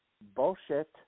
bullshit